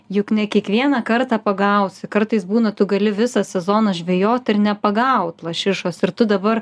juk ne kiekvieną kartą pagausi kartais būna tu gali visą sezoną žvejot ir nepagaut lašišos ir tu dabar